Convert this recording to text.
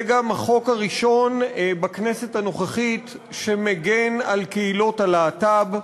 זה גם החוק הראשון בכנסת הנוכחית שמגן על קהילות הלהט"ב.